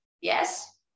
Yes